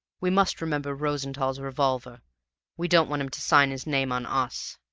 we must remember rosenthall's revolver we don't want him to sign his name on us.